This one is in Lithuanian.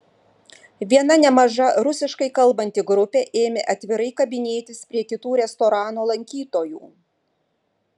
viena nemaža rusiškai kalbanti grupė ėmė atvirai kabinėtis prie kitų restorano lankytojų